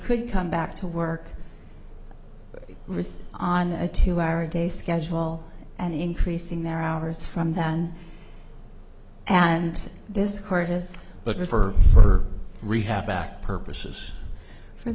could come back to work risk on a two hour a day schedule and increasing their hours from then and this court is but refer for rehab back purposes for